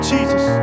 Jesus